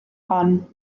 hon